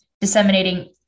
disseminating